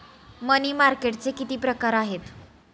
मनी मार्केटचे किती प्रकार आहेत?